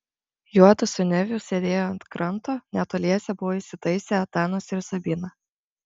juodu su neviu sėdėjo ant kranto netoliese buvo įsitaisę etanas ir sabina